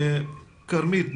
כרמית.